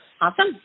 Awesome